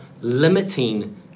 limiting